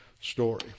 story